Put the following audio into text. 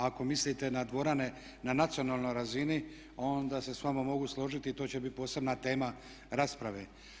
Ako mislite na dvorane na nacionalnoj razini onda se s vama mogu složiti i to će biti posebna tema rasprave.